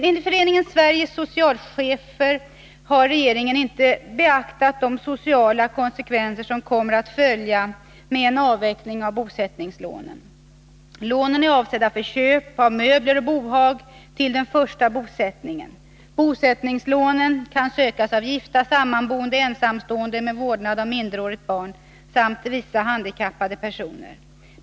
Enligt Föreningen Sveriges socialchefer har regeringen inte beaktat de sociala konsekvenser som kommer att följa med en avveckling av bosättningslånen. Lånen är avsedda för köp av möbler och bohag till den första bosättningen. Bosättningslånen kan sökas av gifta, sammanboende, ensamstående med vårdnad av minderårigt barn samt vissa handikappade personer.